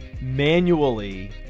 manually –